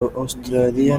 australia